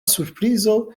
surprizo